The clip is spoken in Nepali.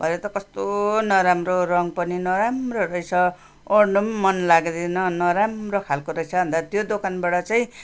भरे कस्तो नराम्रो रङ पनि नराम्रो रहेछ ओढ्न पनि मन लाग्दैन नराम्रो खालको रहेछ अन्त त्यो दोकानबाट चाहिँ